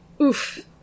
oof